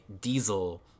diesel